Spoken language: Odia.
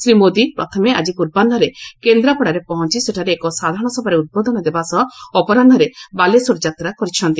ଶ୍ରୀ ମୋଦି ପ୍ରଥମେ ଆଜି ପୂର୍ବାହ୍ୱରେ କେନ୍ଦ୍ରାପଡ଼ାରେ ପହଞ୍ଚୁ ସେଠାରେ ଏକ ସାଧାରଣସଭାରେ ଉଦ୍ବୋଧନ ଦେବା ସହ ଅପରାହ୍ନରେ ବାଲେଶ୍ୱର ଯାତ୍ରା କରିଛନ୍ତି